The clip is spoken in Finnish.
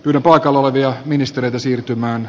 yli paikalla olevia ministereitä siirtymään